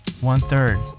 one-third